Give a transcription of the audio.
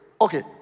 Okay